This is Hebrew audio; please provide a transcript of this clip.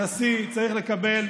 הנשיא צריך לקבל,